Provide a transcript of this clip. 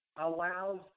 allows